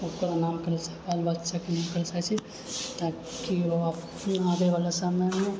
बाल बच्चाके नाम करऽ चाहैत छी ताकि ओ अपना आबए वाला समयमे